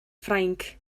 ffrainc